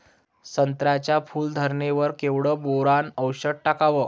संत्र्याच्या फूल धरणे वर केवढं बोरोंन औषध टाकावं?